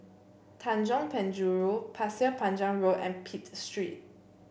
Tanjong Penjuru Pasir Panjang Road and Pitt Street